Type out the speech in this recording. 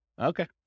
Okay